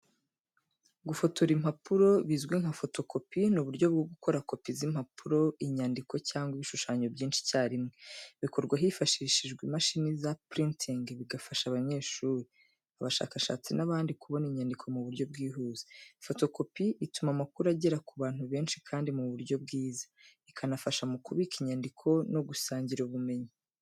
Gufotora impapuro, bizwi nka photocopy, ni uburyo bwo gukora copy z’impapuro, inyandiko cyangwa ibishushanyo byinshi icyarimwe. Bikorwa hifashishijwe imashini za printing, bigafasha abanyeshuri, abashakashatsi n’abandi kubona inyandiko mu buryo bwihuse. Photocopy ituma amakuru agera ku bantu benshi kandi mu buryo bwiza, ikanafasha mu kubika inyandiko no gusangira ubumenyi.